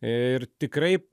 ir tikrai